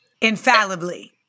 Infallibly